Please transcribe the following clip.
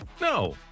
No